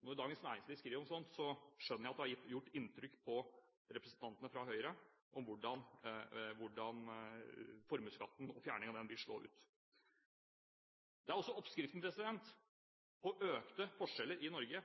Når Dagens Næringsliv skriver om sånt, skjønner jeg at det har gjort inntrykk på representantene fra Høyre – hvordan fjerning av formuesskatten vil slå ut. Det å fjerne den skatten er også oppskriften på økte forskjeller i Norge.